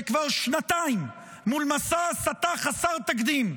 שכבר שנתיים מול מסע הסתה חסר תקדים,